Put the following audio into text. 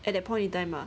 at that point of time ah